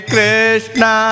Krishna